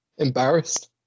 embarrassed